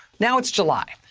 now it's july.